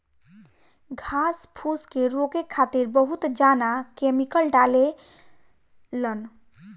घास फूस के रोके खातिर बहुत जना केमिकल डालें लन